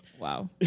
Wow